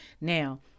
Now